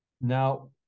Now